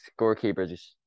Scorekeepers